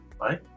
right